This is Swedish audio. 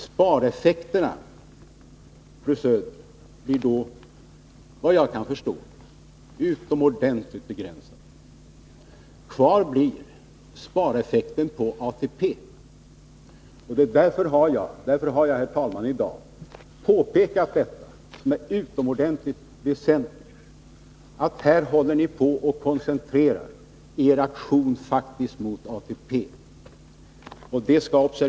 Spareffekterna, fru Söder, blir då vad jag kan förstå mycket begränsade. Kvar blir spareffekten på ATP. Mot denna bakgrund har jag, herr talman, pekat på detta som är väsentligt, att här håller ni på att koncentrera er aktion mot ATP.